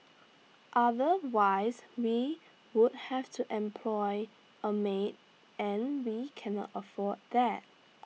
otherwise we would have to employ A maid and we can not afford that